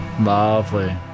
Lovely